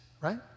right